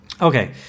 Okay